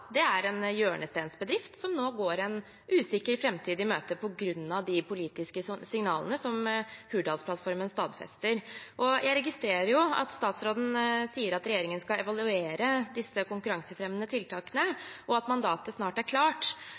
Det er en hjørnesteinsbedrift som nå går en usikker framtid i møte, på grunn av de politiske signalene som Hurdalsplattformen stadfester. Jeg registrerer at statsråden sier at regjeringen skal evaluere disse konkurransefremmende tiltakene, og at mandatet snart er klart.